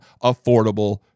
affordable